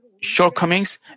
shortcomings